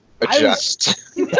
adjust